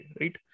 right